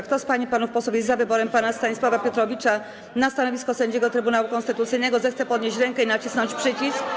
Kto z pań i panów posłów jest za wyborem pana Stanisława Piotrowicza na stanowisko sędziego Trybunału Konstytucyjnego, zechce podnieść rękę i nacisnąć przycisk.